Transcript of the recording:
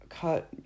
cut